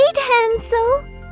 Hansel